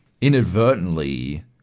inadvertently